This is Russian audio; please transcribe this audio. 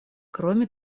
кроме